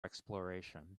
exploration